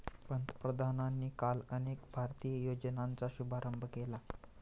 पंतप्रधानांनी काल अनेक भारतीय योजनांचा शुभारंभ केला